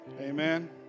Amen